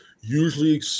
Usually